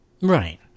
right